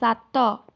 ସାତ